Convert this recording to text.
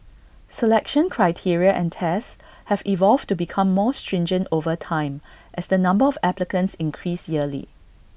selection criteria and tests have evolved to become more stringent over time as the number of applicants increase yearly